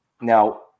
now